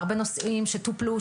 הרבה נושאים שטופלו,